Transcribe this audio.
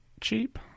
cheap